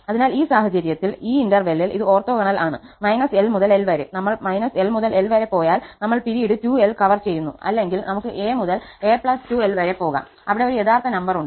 അതിനാൽ ഈ സാഹചര്യത്തിൽ ഈ ഇടവേളയിൽ ഇത് ഓർത്തോഗോണൽ ആണ് −𝑙 മുതൽ 𝑙 വരെ ഞങ്ങൾ −𝑙 മുതൽ 𝑙 വരെ പോയാൽ ഞങ്ങൾ കാലയളവ് 2𝑙കവർ ചെയ്യുന്നു അല്ലെങ്കിൽ നമുക്ക് 𝑎 മുതൽ 𝑎 2𝑙 വരെ പോകാം അവിടെ ഒരു യഥാർത്ഥ നമ്പർ ഉണ്ട്